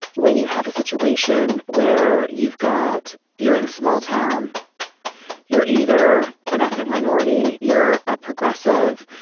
when you have a situation where you've got you're in a small town you're either an ethnic minority, you're a progressive,